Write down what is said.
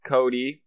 Cody